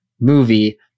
movie